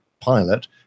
pilot